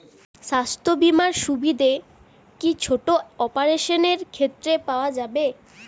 স্বাস্থ্য বীমার সুবিধে কি ছোট অপারেশনের ক্ষেত্রে পাওয়া যাবে?